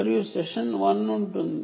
మరియు సెషన్ 1 ఉంటుంది